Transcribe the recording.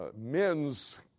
men's